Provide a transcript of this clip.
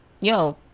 Yo